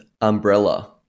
Umbrella